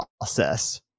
process